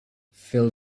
fill